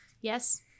Yes